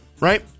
Right